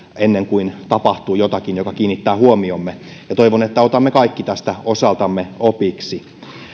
ennen kuin tapahtuu jotakin joka kiinnittää huomiomme ja toivon että otamme kaikki tästä osaltamme opiksi